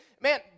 man